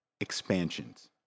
expansions